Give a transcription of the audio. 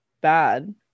bad